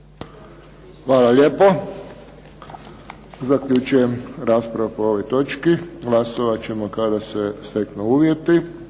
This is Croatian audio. Hvala lijepo. Zaključujem raspravu po ovoj točki. Glasovat ćemo kada se steknu uvjeti